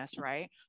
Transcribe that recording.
right